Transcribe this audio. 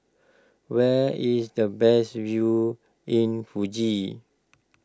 where is the best view in Fuji